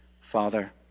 Father